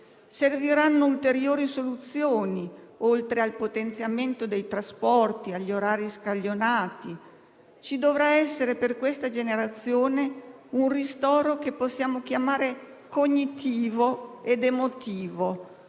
Serviranno ulteriori soluzioni, oltre al potenziamento dei trasporti e agli orari scaglionati. Ci dovrà essere per questa generazione un ristoro che possiamo chiamare cognitivo ed emotivo.